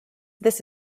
this